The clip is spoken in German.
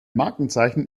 markenzeichen